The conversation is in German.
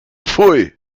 pfui